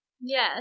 Yes